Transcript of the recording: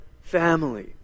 family